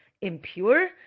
impure